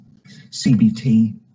CBT